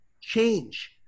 Change